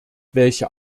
welche